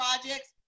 projects